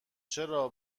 چرا